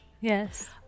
Yes